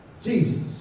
Jesus